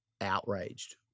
outraged